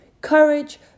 Courage